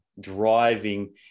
driving